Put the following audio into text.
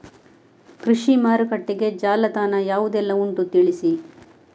ಕೃಷಿ ಮಾರುಕಟ್ಟೆಗೆ ಜಾಲತಾಣ ಯಾವುದೆಲ್ಲ ಉಂಟು ತಿಳಿಸಿ